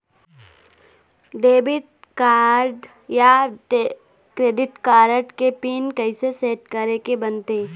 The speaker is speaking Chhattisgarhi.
डेबिट कारड या क्रेडिट कारड के पिन कइसे सेट करे के बनते?